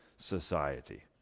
Society